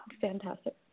fantastic